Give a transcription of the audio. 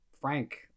Frank